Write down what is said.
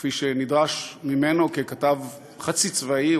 כפי שנדרש ממנו ככתב חצי צבאי,